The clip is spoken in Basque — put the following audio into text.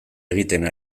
egiten